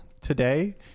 today